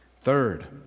Third